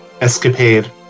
escapade